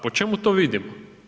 Po čemu to vidimo?